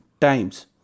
times